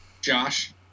Josh